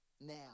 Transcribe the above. now